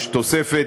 יש תוספת,